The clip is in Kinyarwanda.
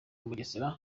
mugesera